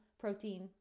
protein